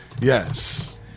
Yes